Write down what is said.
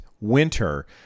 winter